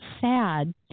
sad